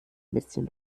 bisschen